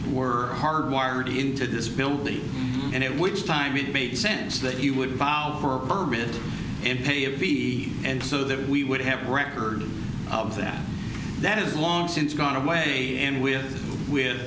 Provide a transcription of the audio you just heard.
were hard wired into this building and it which time it made sense that you would bid and pay a fee and so that we would have a record of that that is long since gone away and with with